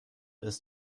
ist